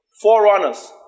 Forerunners